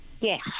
Yes